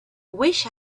wished